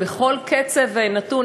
ובכל קצב נתון,